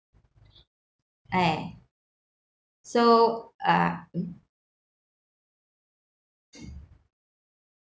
eh so uh mm